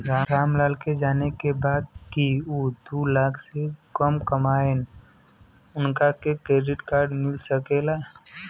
राम लाल के जाने के बा की ऊ दूलाख से कम कमायेन उनका के क्रेडिट कार्ड मिल सके ला?